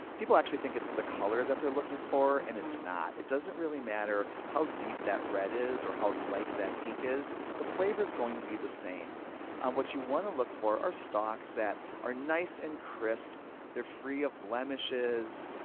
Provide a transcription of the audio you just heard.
people actually think it's the color that they're looking for, and it's not. it doesn't really matter how deep that red is, or how light that pink is. the flavor is going to be the same what you want to look for are stalks that are nice and crisp they're free of blemishes.